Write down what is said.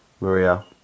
Maria